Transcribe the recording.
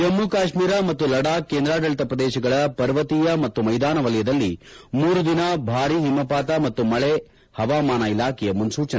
ಜಮ್ಮು ಕಾಶ್ಮೀರ ಮತ್ತು ಲಡಾಕ್ ಕೇಂದ್ರಾಡಳಿತ ಪ್ರದೇಶಗಳ ಪರ್ವತೀಯ ಮತ್ತು ಮೈದಾನ ವಲಯದಲ್ಲಿ ಮೂರು ದಿನ ಭಾರೀ ಹಿಮಪಾತ ಮತ್ತು ಮಳೆ ಹವಾಮಾನ ಇಲಾಖೆಯ ಮುನ್ಪೊಚನೆ